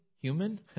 human